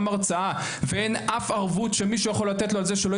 הרצאה ואין אף ערבות שמישהו יכול לתת לו על זה שלא